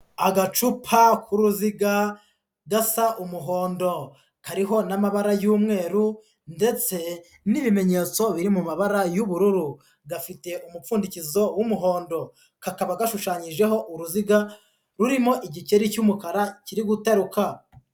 Agacupa k'uruziga gasa umuhondo kariho n'amabara y'umweru ndetse n'ibimenyetso biri mu mabara y'ubururu, gafite umupfundikizo w'umuhondo, kakaba gashushanyijeho uruziga rurimo igikeri cy'umukara kiri gutaruka.